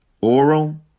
oral